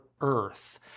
Earth